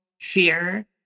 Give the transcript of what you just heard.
fear